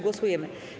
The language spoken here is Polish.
Głosujemy.